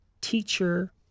teacher